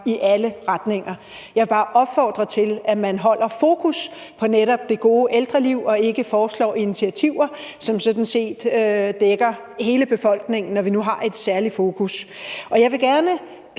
i alle retninger. Jeg vil bare opfordre til, at man holder fokus på netop det gode ældreliv og ikke foreslår initiativer, som sådan set dækker hele befolkningen, når vi nu har et særligt fokus. Jeg vil gerne